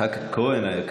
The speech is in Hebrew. יצחק כהן היקר.